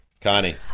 Connie